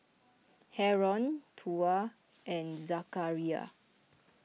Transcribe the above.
Haron Tuah and Zakaria